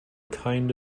kind